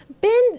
Ben